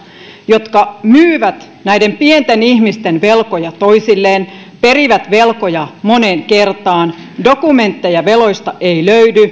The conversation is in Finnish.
jotka myyvät näiden pienten ihmisten velkoja toisilleen perivät velkoja moneen kertaan dokumentteja veloista ei löydy